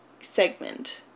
segment